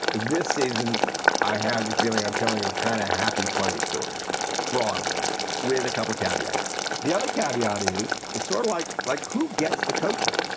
this season i have the feeling, i'm telling and kind of happy. funny story broadly with a couple of caveats. the other caveat is it's sort of like like who gets the coaching?